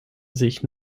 sich